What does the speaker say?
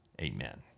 Amen